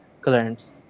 clients